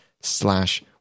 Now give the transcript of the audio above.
slash